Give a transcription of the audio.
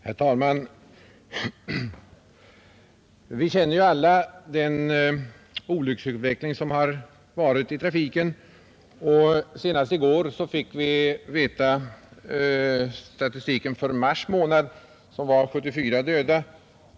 Herr talman! Vi känner alla till den olycksutveckling som ägt rum i trafiken. Så sent som i går fick vi statistiken för den senaste månaden, mars, som var 74 döda.